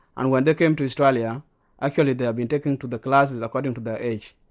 and when they came to australia actually they've been taken to the classes according to their age.